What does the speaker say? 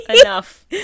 Enough